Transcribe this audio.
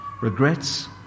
regrets